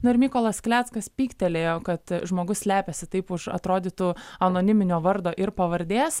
na ir mykolas kleckas pyktelėjo kad žmogus slepiasi taip už atrodytų anoniminio vardo ir pavardės